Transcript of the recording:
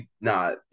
nah